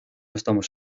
estamos